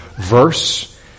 verse